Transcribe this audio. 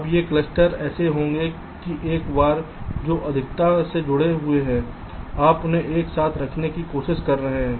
अब ये कलस्टर ऐसे होंगे कि एक बार जो अधिकता से जुड़े हुए हैं आप उन्हें एक साथ रखने की कोशिश कर रहे हैं